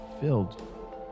filled